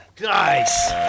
Nice